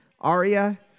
Aria